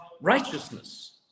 righteousness